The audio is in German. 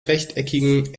rechteckigen